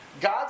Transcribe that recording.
God